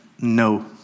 No